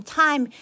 time